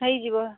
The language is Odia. ହେଇଯିବ